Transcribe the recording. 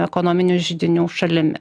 ekonominių židinių šalimi